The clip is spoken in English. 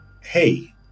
hey